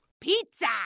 Pizza